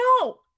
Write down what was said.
no